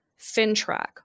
FinTrack